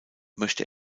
möchte